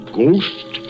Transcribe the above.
ghost